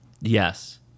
Yes